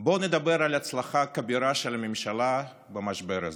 בואו נדבר על הצלחה כבירה של הממשלה במשבר הזה,